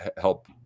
help